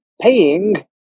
paying